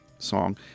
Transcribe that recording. song